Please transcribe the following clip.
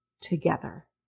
together